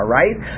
right